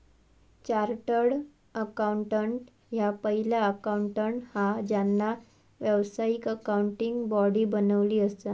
chartered accountant ह्या पहिला accountant हा ज्यांना व्यावसायिक अकाउंटिंग बॉडी बनवली असा